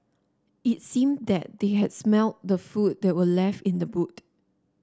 it seemed that they had smelt the food that were left in the boot